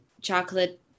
chocolate